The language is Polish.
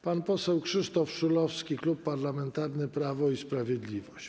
Pan poseł Krzysztof Szulowski, Klub Parlamentarny Prawo i Sprawiedliwość.